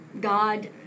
God